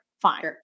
fine